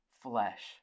flesh